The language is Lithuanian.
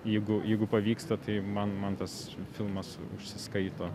jeigu jeigu pavyksta tai man man tas filmas užsiskaito